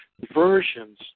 versions